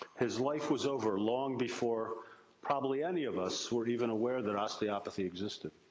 his life was over long before probably any of us were even aware that osteopathy existed.